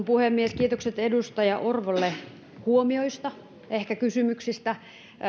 puhemies kiitokset edustaja orvolle huomioista ehkä kysymyksistä